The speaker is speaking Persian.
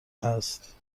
است